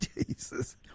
Jesus